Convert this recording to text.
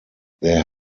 there